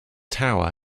tower